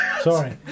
Sorry